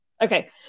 Okay